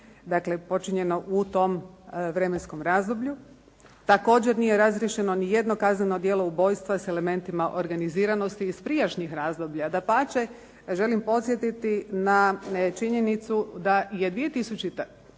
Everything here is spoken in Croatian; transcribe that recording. počinjeno u tom vremenskom razdoblju. Također nije razriješeno ni jedno kazneno djelo ubojstva s elementima organiziranosti iz prijašnjih razdoblja. Dapače želim podsjetiti na činjenicu da je 2000.